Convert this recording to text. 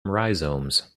rhizomes